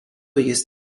jis